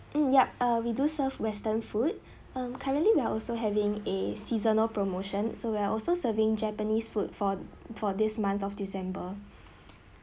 mm yup uh we do serve western food um currently we are also having a seasonal promotion so we are also serving japanese food for for this month of december